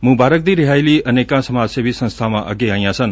ਮੁਬਾਰਕ ਦੀ ਰਿਹਾਈ ਲਈ ਅਨੇਕਾਂ ਸਮਾਜ ਸੇਵੀ ਸੰਸਬਾਵਾਂ ਅੱਗੇ ਆਈਆਂ ਸਨ